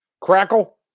Crackle